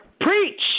Preach